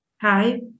Hi